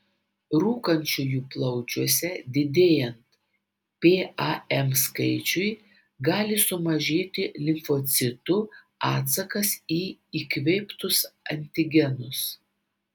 rūkančiųjų plaučiuose didėjant pam skaičiui gali sumažėti limfocitų atsakas į įkvėptus antigenus